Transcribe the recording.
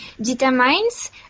determines